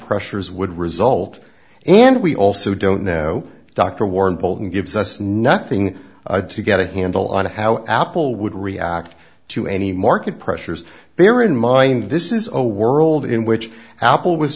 pressures would result and we also don't know dr warren bolden gives us nothing to get a handle on how apple would react to any market pressures bear in mind this is a world in which apple was